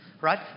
right